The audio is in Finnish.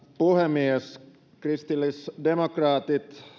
puhemies kristillisdemokraatit